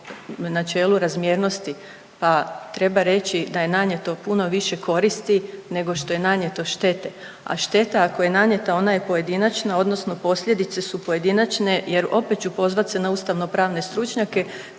načelu razmjernosti pa treba reći da je nanijeto puno više koristi nego što je nanijeto štete, a šteta ako je nanijeta ona je pojedinačna odnosno posljedice su pojedinačne jer opet ću pozvat se na ustavnopravne stručnjake